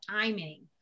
timing